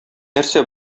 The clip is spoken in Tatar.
нәрсә